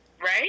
right